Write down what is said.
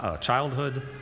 childhood